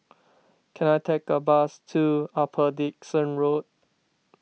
can I take a bus to Upper Dickson Road